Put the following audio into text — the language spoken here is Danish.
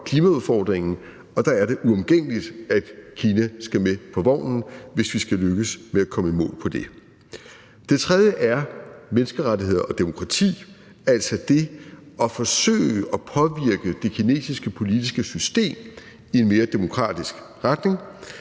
nok klimaudfordringen. Der er det uomgængeligt, at Kina skal med på vognen, hvis vi skal lykkes med at komme i mål med det. Det tredje er menneskerettigheder og demokrati, altså det at forsøge at påvirke det kinesiske politiske system i en mere demokratisk retning.